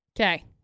Okay